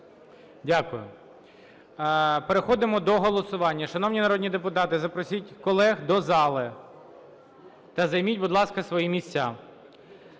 Дякую. Переходимо до голосування. Шановні народні депутати, запросіть колег до зали та займіть, будь ласка, свої місця.